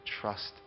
trust